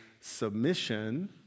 submission